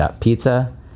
Pizza